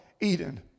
Eden